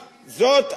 כבוש, זה שטח כבוש.